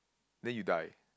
then you die